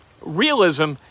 Realism